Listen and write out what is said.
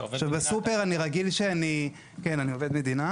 עכשיו, בסופר אני רגיל שאני, כן, אני עובד מדינה.